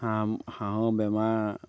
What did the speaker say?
হাঁহ হাঁহৰ বেমাৰ